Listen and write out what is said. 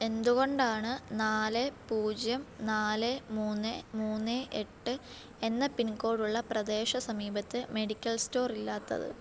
എന്തുകൊണ്ടാണ് നാല് പൂജ്യം നാല് മൂന്ന് മൂന്ന് എട്ട് എന്ന പിൻകോഡ് ഉള്ള പ്രദേശ സമീപത്ത് മെഡിക്കൽ സ്റ്റോർ ഇല്ലാത്തത്